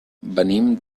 venim